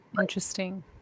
Interesting